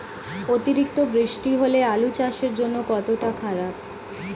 অতিরিক্ত বৃষ্টি হলে আলু চাষের জন্য কতটা খারাপ?